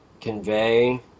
convey